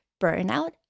Burnout